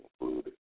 included